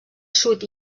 sud